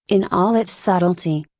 in all its subtlety.